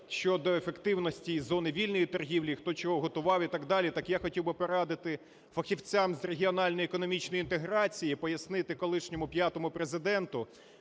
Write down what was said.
щодо ефективності зони вільної торгівлі, хто чого готував і так далі. Так я хотів би порадити фахівцям з регіональної економічної інтеграції пояснити колишньому п’ятому Президенту,